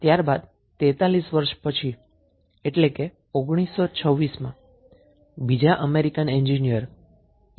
ત્યારબાદ 43 વર્ષ પછી એટલે કે 1926 માં બીજા અમેરીકન એંજીન્યર ઈ